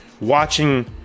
watching